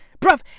Bruv